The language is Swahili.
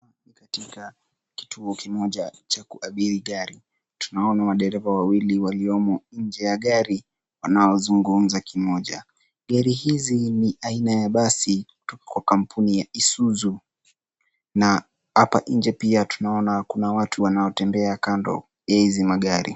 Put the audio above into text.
Hapa ni katika kituo kimoja cha kuabiri gari. Tunaona madereva wawili waliomo nje ya gari wanaozungumza kimoja. Gari hizi ni aina ya basi kutoka kwa kampuni ya Isuzu na hapa nje pia tunaona kuna watu wanaotembea kando ya hizi magari.